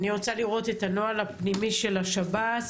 אני רוצה לראות את הנוהל הפנימי של השב"ס,